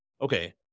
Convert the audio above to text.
okay